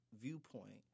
viewpoint